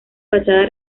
fachada